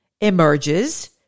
Emerges